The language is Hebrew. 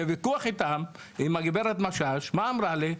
בוויכוח איתם, עם הגברת --- מה אמרה לי?